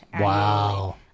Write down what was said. Wow